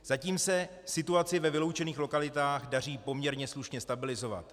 Zatím se situaci ve vyloučených lokalitách daří poměrně slušně stabilizovat.